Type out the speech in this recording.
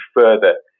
further